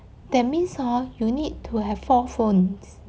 that means hor you need to have four phones